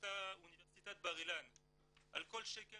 שעשתה אוניברסיטת בר אילן, על כל שקל